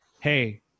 hey